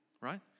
right